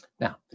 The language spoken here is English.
Now